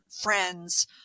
friends